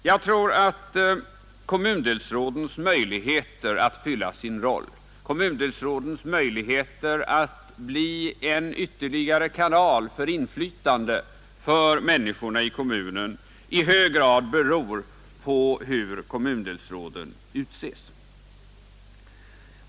Jag tror att kommundelsrådens möjligheter att fylla sin uppgift, kommundelsrådens möjligheter att bli en ytterligare kanal för inflytandet för människorna i kommunerna, i hög grad beror på hur kommundelsråden utses.